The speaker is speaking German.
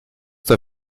der